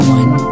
one